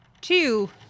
two